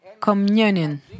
Communion